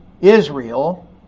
Israel